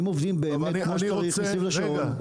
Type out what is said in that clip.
אם עובדים באמת כמו שצריך סביב השעון,